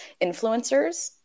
influencers